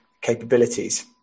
capabilities